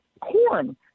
corn